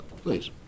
Please